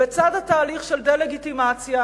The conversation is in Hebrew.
בצד התהליך של דה-לגיטימציה